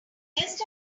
just